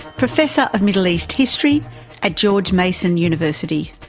professor of middle east history at george mason university.